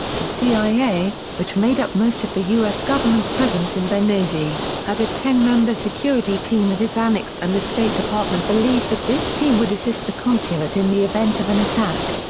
the cia, which made up most of the us government's presence in benghazi, had a ten-member security team at its annex and the state department believed that this team would assist the consulate in the event of an attack.